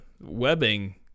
webbing